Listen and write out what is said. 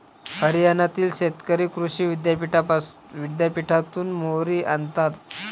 हरियाणातील शेतकरी कृषी विद्यापीठातून मोहरी आणतात